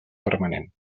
permanent